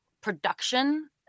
production